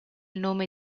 nome